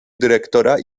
dyrektora